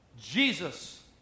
Jesus